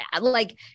like-